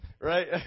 right